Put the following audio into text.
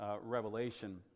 Revelation